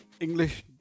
English